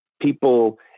people